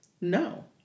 No